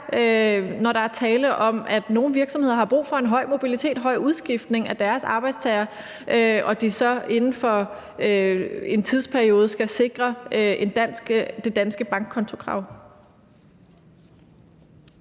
når der er tale om, at nogle virksomheder har brug for en høj mobilitet, en høj grad af udskiftning af deres arbejdstagere, og de så inden for en tidsperiode skal opfylde det danske bankkontokrav.